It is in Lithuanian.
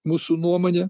mūsų nuomone